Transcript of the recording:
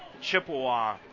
Chippewa